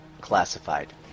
classified